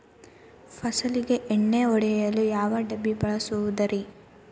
ಫಸಲಿಗೆ ಎಣ್ಣೆ ಹೊಡೆಯಲು ಯಾವ ಡಬ್ಬಿ ಬಳಸುವುದರಿ?